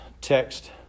text